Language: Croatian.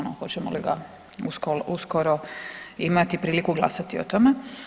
Ono, hoćemo li ga uskoro imati priliku glasati o tome?